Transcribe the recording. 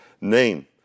name